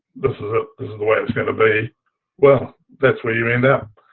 this is ah is the way it's going to be well that's where you end up.